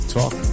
Talk